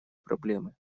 проблемы